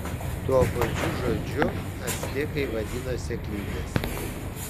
tuo pačiu žodžiu actekai vadino sėklides